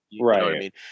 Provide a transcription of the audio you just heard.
Right